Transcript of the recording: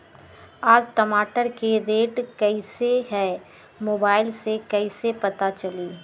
आज टमाटर के रेट कईसे हैं मोबाईल से कईसे पता चली?